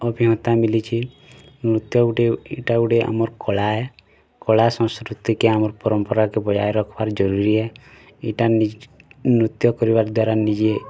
ଅଭିଜ୍ଞତା ମିଲିଛି ନୃତ୍ୟ ଗୁଟିଏ ଇଟା ଗୁଟିଏ ଆମର୍ କଳା କଳା ସଂସ୍କୃତି କି ଆମର୍ ପରମ୍ପରା କି ବଜାଇ ରଖବାର୍ କି ଜରୁରୀ ଇଏ ଇଟା ନୃତ୍ୟ କରିବାର୍ ଦ୍ଵାରା ନିଜେ